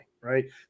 right